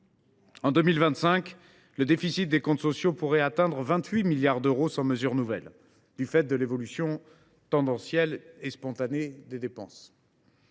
En 2025, le déficit des comptes sociaux pourrait atteindre 28 milliards d’euros sans mesure nouvelle, du fait de l’évolution spontanée des dépenses.